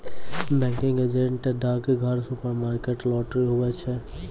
banking agent डाकघर, supermarket, lottery, हुवै छै